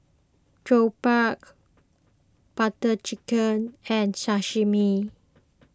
Jokbal Butter Chicken and Sashimi